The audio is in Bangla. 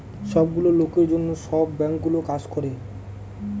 সব গুলো লোকের জন্য সব বাঙ্কগুলো কাজ করে